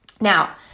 Now